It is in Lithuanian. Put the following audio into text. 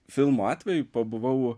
filmo atveju pabuvau